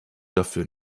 dafür